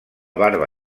barba